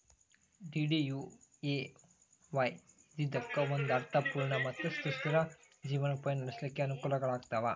DDUAY ಇದ್ದಿದ್ದಕ್ಕ ಒಂದ ಅರ್ಥ ಪೂರ್ಣ ಮತ್ತ ಸುಸ್ಥಿರ ಜೇವನೊಪಾಯ ನಡ್ಸ್ಲಿಕ್ಕೆ ಅನಕೂಲಗಳಾಗ್ತಾವ